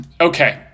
Okay